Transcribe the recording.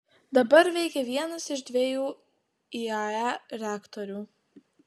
dabar veikia vienas iš dviejų iae reaktorių